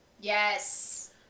Yes